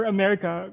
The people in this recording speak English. America